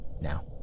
now